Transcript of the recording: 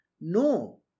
No